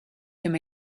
him